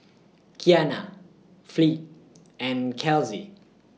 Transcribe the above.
Kianna Fleet and Kelsey